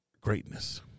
greatness